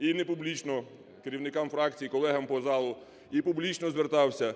і не публічно керівникам фракцій, і колегам по залу, і публічно звертався,